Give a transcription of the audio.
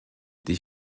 die